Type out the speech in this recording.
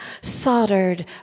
soldered